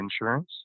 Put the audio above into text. Insurance